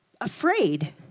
afraid